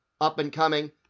up-and-coming